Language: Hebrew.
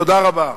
תודה רבה.